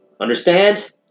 understand